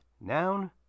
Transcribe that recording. Noun